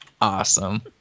Awesome